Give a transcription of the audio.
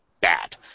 bad